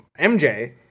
MJ